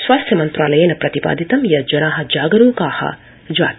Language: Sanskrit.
स्वास्थ्य मन्त्रालयेन प्रतिपादितं यत् जना जागरूका जाता